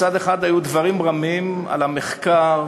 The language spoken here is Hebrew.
מצד אחד היו דברים רמים על המחקר,